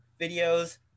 videos